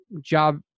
job